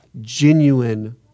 genuine